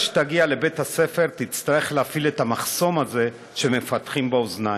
שתגיע לבית-הספר תצטרך להפעיל את המחסום הזה שמפתחים באוזניים,